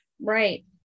Right